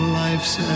life's